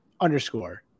underscore